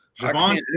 Javon